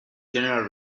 general